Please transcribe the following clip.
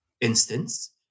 instance